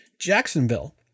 Jacksonville